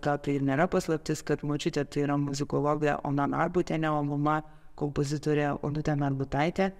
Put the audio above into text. gal tai ir nėra paslaptis kad močiutė tai yra muzikologė ona narbutienė o mama kompozitorė onutė narbutaitė